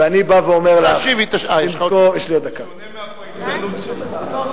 בשונה מהפייסנות שלך.